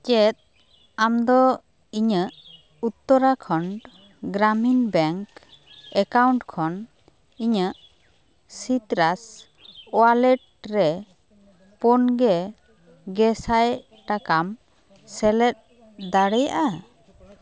ᱪᱮᱫ ᱟᱢᱫᱚ ᱤᱧᱟᱹᱜ ᱩᱛᱛᱚᱨᱟᱠᱷᱚᱸᱰ ᱜᱨᱟᱢᱤᱱ ᱵᱮᱝᱠ ᱮᱠᱟᱣᱩᱱᱴ ᱠᱷᱚᱱ ᱤᱧᱟᱹᱜ ᱥᱤᱛᱨᱟᱥ ᱳᱣᱟᱞᱮᱴ ᱨᱮ ᱯᱩᱱᱜᱮ ᱜᱮᱥᱟᱭ ᱴᱟᱠᱟᱢ ᱥᱮᱞᱮᱫ ᱫᱟᱲᱮᱭᱟᱜᱼᱟ